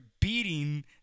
beating